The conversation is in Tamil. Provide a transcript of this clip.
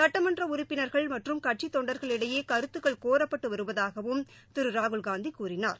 சுட்டமன்றஉறுப்பினர்கள் மற்றும் கட்சிதொண்டர்களிடையேகருத்துக்கள் கோரப்பட்டுவருவதாகவும் திருராகுல்காந்திகூறினார்